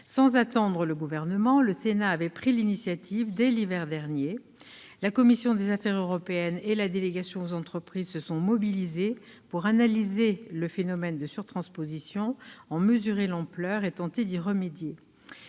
Sans attendre le Gouvernement, le Sénat avait pris les devants. Dès l'hiver dernier, la commission des affaires européennes et la délégation sénatoriale aux entreprises se sont mobilisées pour analyser le phénomène de surtransposition, en mesurer l'ampleur et tenter d'y remédier.